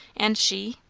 and she?